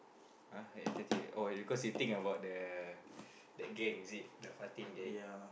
ah her attitude oh because you think about the that gang is it the Fatin gang